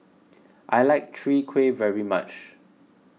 I like Chwee Kueh very much